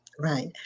Right